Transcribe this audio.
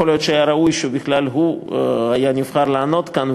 יכול להיות שהיה ראוי שבכלל הוא היה נבחר לענות כאן,